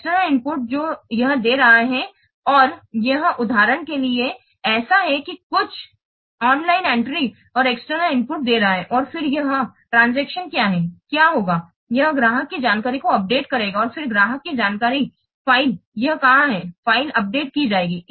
external input जो यह दे रहा है और यह उदाहरण के लिए ऐसा है कि कुछ ऑनलाइन एंट्री और एक्सटर्नल इनपुट दे रहा है और फिर यह लेनदेन क्या है क्या होगा यह ग्राहक की जानकारी को अपडेट करेगा और फिर ग्राहक की जानकारी फ़ाइल यह कहां है फ़ाइल अपडेट की जाएगी